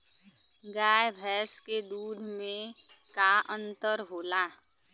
गाय भैंस के दूध में का अन्तर होला?